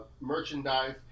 merchandise